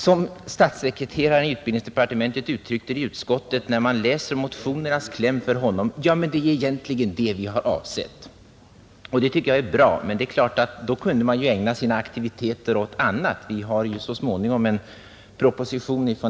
Som statssekreteraren i utbildningsdepartementet uttryckte det i utskottet när vår motionskläm lästes för honom: ”Ja, men det är egentligen det vi har avsett.” Det tycker jag är bra, men då kunde man ju ha ägnat sina aktiviteter åt annat än att motionera!